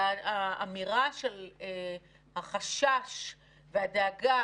האמירה של החשש והדאגה